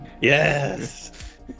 Yes